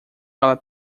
para